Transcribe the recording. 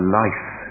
life